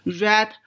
red